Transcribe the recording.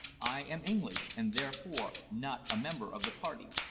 i am english, and therefore not a member of the party.